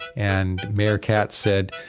and mayor katz said,